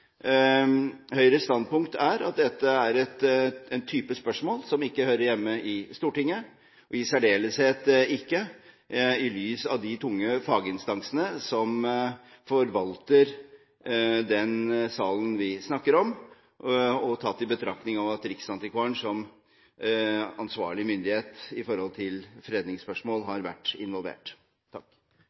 Høyres standpunkt at denne type spørsmål ikke hører hjemme i Stortinget, i særdeleshet ikke i lys av de tunge faginstansene som forvalter den salen vi snakker om, og tatt i betraktning at Riksantikvaren som ansvarlig myndighet for fredningsspørsmål har vært involvert.